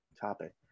topic